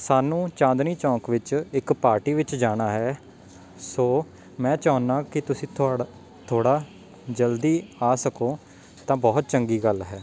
ਸਾਨੂੰ ਚਾਂਦਨੀ ਚੌਂਕ ਵਿੱਚ ਇੱਕ ਪਾਰਟੀ ਵਿੱਚ ਜਾਣਾ ਹੈ ਸੋ ਮੈਂ ਚਾਹੁੰਦਾ ਕਿ ਤੁਸੀਂ ਥੋ ਥੋੜ੍ਹਾ ਜਲਦੀ ਆ ਸਕੋ ਤਾਂ ਬਹੁਤ ਚੰਗੀ ਗੱਲ ਹੈ